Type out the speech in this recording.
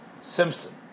Simpson